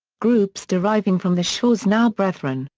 groups deriving from the schwarzenau brethren,